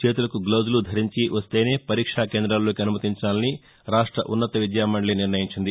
చేతులకు గ్లౌజులు ధరించి వస్తేనే పరీక్షా కేంద్రాల్లోకి అనుమతించాలని రాష్ట ఉన్నత విద్యామండలి నిర్ణయించింది